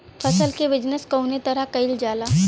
फसल क बिजनेस कउने तरह कईल जाला?